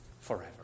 forever